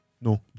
No